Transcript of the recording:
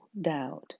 doubt